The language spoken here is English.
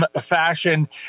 fashion